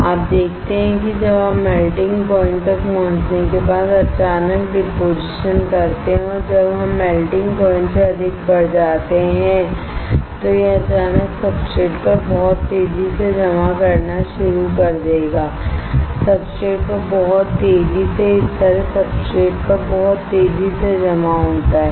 आप देखते हैं कि जब आप मेल्टिंग प्वाइंट तक पहुंचने के बाद अचानक डिपोजिशन करते हैं और जब हम मेल्टिंग प्वाइंट से अधिक बढ़ जाते हैं तो यह अचानक सब्सट्रेट पर बहुत तेजी से जमा करना शुरू कर देगा सब्सट्रेट पर बहुत तेजी से इस तरह सब्सट्रेट पर बहुत तेजी से जमा होता है